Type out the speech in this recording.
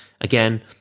again